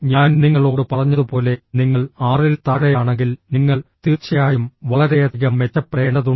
ഞാൻ നിങ്ങളോട് പറഞ്ഞതുപോലെ നിങ്ങൾ ആറിൽ താഴെയാണെങ്കിൽ നിങ്ങൾ തീർച്ചയായും വളരെയധികം മെച്ചപ്പെടേണ്ടതുണ്ട്